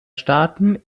staaten